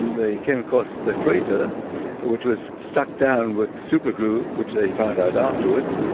they came across the freezer which was stuck down with super glue, which they found out afterwards.